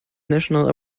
national